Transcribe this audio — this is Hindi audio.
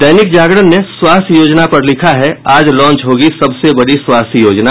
दैनिक जागरण ने स्वास्थ्य योजना पर लिखा है आज लांच होगी सबसे बड़ी स्वास्थ्य योजना